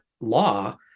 law